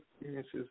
experiences